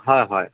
হয় হয়